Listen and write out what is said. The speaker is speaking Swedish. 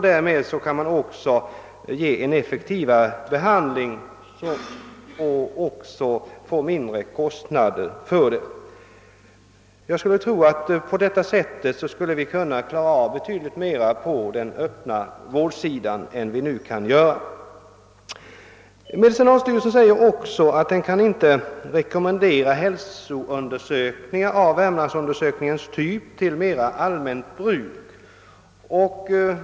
Därmed kan man ge effektivare behandling och kostnaderna blir lägre. Jag skulle tro att vi i så fall skulle kunna ta emot fler fall i den öppna vården än vi nu gör. Medicinalstyrelsen säger också, att den inte kan rekommendera hälsoundersökningar av Värmlandsundersökningens typ till mera allmänt bruk.